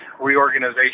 reorganization